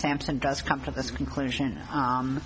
sampson does come to this conclusion